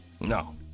No